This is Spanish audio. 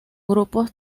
grupos